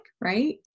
right